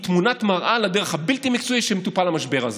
תמונת מראה לדרך הבלתי-מקצועית שבה מטופל המשבר הזה.